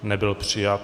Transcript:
Nebyl přijat.